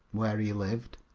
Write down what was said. where he lived.